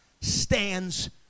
stands